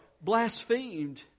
blasphemed